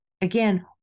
Again